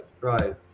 right